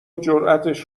جراتش